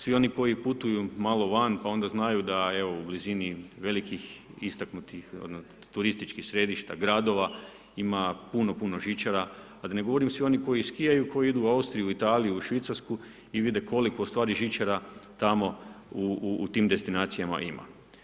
Svi oni koji putuju malo van pa onda znaju da evo u blizini velikih istaknutih, turističkih središta, gradova ima puno, puno žičara a da ne govorim svi oni koji skijaju, koji idu u Austriju, Italiju, u Švicarsku i vide koliko ustvari žičara tamo u tim destinacijama ima.